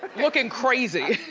looking crazy.